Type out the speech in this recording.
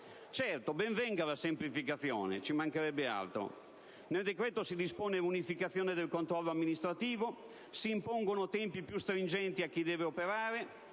Certo, ben venga la semplificazione, ci mancherebbe altro. Nel decreto si dispone l'unificazione del controllo amministrativo e si impongono tempi più stringenti a chi deve operare: